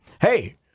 Hey